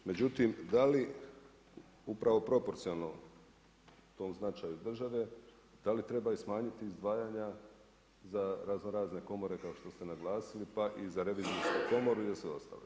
Međutim da li, upravo proporcionalno tom značaju države, da li trebaju smanjiti izdvajanja za raznorazne komore kao što ste naglasili pa i za revizorsku komoru i za sve ostalo.